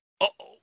Uh-oh